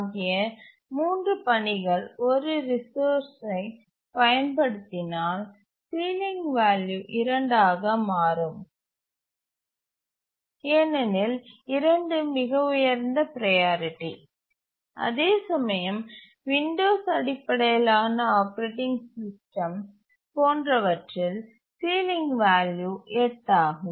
T2 T5 மற்றும் T8 ஆகிய 3 பணிகள் ஒரு ரிசோர்ஸ்ஐ பயன்படுத்தினால் சீலிங் வேல்யூ 2 ஆக மாறும் ஏனெனில் 2 மிக உயர்ந்த ப்ரையாரிட்டி அதேசமயம் விண்டோஸ் அடிப்படையிலான ஆப்பரேட்டிங் சிஸ்டம் போன்றவற்றில் சீலிங் வேல்யூ 8 ஆகும்